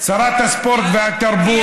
שרת הספורט והתרבות,